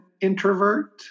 introvert